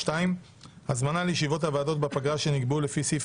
2. הזמנה לישיבות הוועדות בפגרה שנקבעו לפי סעיף